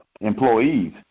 employees